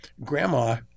grandma